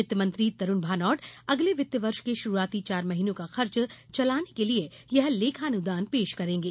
वित्तमंत्री तरूण भानोट अगले वित्तवर्ष के शुरूआती चार महीनों का खर्च चलाने के लिए यह लेखानुदान पेश करेंगे